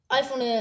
iPhone